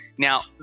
Now